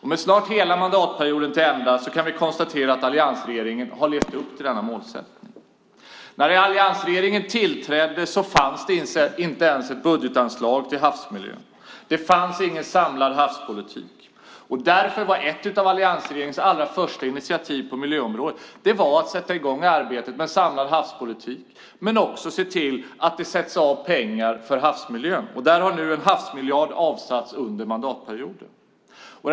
Med snart hela mandatperioden till ända kan vi konstatera att alliansregeringen har levt upp till denna målsättning. När alliansregeringen tillträdde fanns det inte ens ett budgetanslag till havsmiljön och ingen samlad havspolitik. Därför var ett av alliansregeringens första initiativ på miljöområdet att sätta i gång miljöarbetet med en samlad havspolitik men också att se till att det sätts av pengar för havsmiljön. Där har nu en havsmiljard avsatts under mandatperioden.